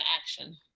action